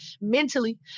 mentally